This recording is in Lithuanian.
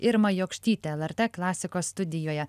irma jokštytė lrt klasikos studijoje